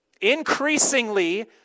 Increasingly